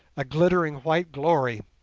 a glittering white glory,